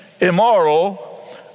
immoral